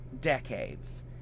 decades